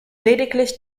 lediglich